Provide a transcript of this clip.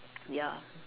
ya